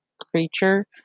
creature